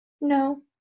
No